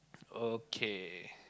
okay